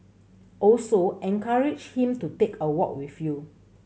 also encourage him to take a walk with you